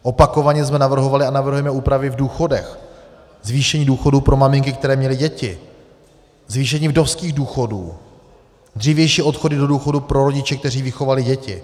Opakovaně jsme navrhovali a navrhujeme upravit důchody, zvýšení důchodů pro maminky, které měly děti, zvýšení vdovských důchodů, dřívější odchody do důchodu pro rodiče, kteří vychovali děti.